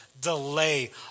delay